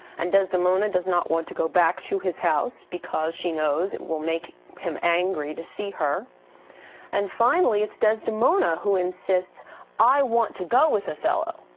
and desdemona does not want to go back to his house because she knows it will make him angry to see her and finally its desdemona who insists i want to go with othello.